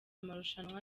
amarushanwa